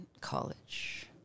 college